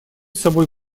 собой